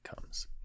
comes